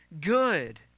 good